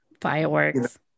fireworks